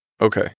Okay